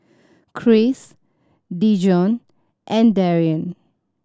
Chris Dijon and Daryn